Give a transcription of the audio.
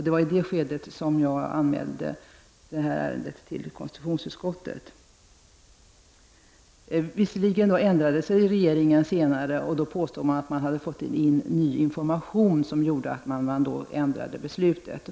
Det var i detta skede som jag anmälde regeringen till konstitutionsutskottet. Regeringen ändrade sig visserligen senare. Den påstod att den fått ny information som gjorde att man ändrade beslutet.